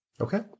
Okay